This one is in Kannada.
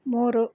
ಮೂರು